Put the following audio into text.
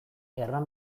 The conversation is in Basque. erran